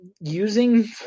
using